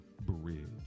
BRIDGE